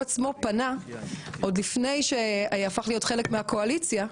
עוד לפני שהפך להיות חלק מהקואליציה,